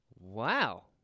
Wow